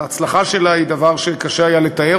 ההצלחה שלה היא דבר שקשה היה לתאר,